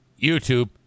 YouTube